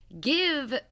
Give